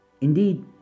Indeed